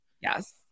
Yes